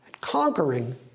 conquering